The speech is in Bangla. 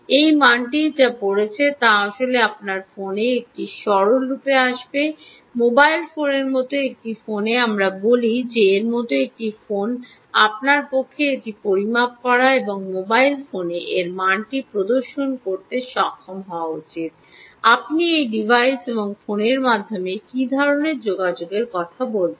এই মানটি যা পড়ছে তা আসলে আপনার ফোনে একটি সরলরূপে আসবে মোবাইল ফোন এর মতো একটি ফোন আমাদের বলি যে এর মতো একটি ফোন আপনার পক্ষে একটি পরিমাপ করা এবং এই মোবাইল ফোনে এই মানটি প্রদর্শন করতে সক্ষম হওয়া উচিত আপনি এই ডিভাইস এবং ফোনের মধ্যে কী ধরণের যোগাযোগের কথা বলছেন